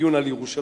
דיון על ירושלים,